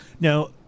Now